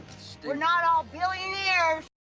we're not all billionaires!